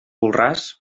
voldràs